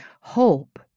hope